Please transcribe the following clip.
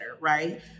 Right